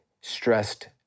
stressed